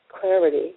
clarity